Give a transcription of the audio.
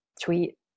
tweet